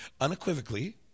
unequivocally